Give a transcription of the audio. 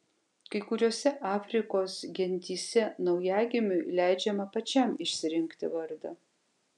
kai kuriose afrikos gentyse naujagimiui leidžiama pačiam išsirinkti vardą